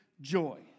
joy